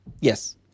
Yes